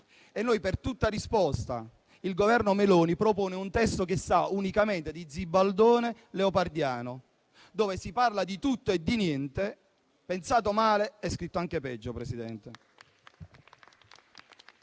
e per tutta risposta il Governo Meloni propone un testo che sa unicamente di zibaldone leopardiano, dove si parla di tutto e di niente, pensato male e scritto anche peggio.